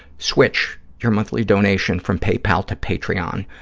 switch your monthly donation from paypal to patreon,